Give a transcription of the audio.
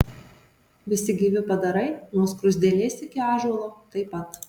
visi gyvi padarai nuo skruzdėlės iki ąžuolo taip pat